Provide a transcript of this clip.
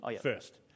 first